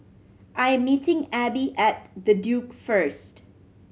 I am meeting Ebbie at The Duke first